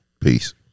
Peace